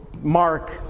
Mark